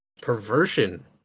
perversion